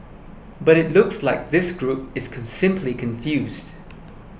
but it looks like this group is simply confused